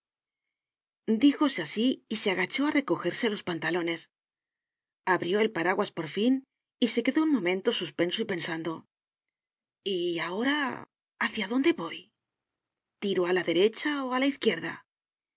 díjose así y se agachó a recojerse los pantalones abrió el paraguas por fin y se quedó un momento suspenso y pensando y ahora hacia dónde voy tiro a la derecha o a la izquierda